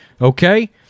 okay